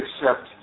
accept